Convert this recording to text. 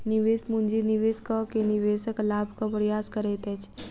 निवेश पूंजी निवेश कअ के निवेशक लाभक प्रयास करैत अछि